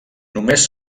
només